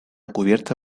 cubierta